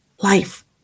life